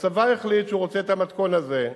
הצבא החליט שהוא רוצה את המתכון הזה,